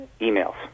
emails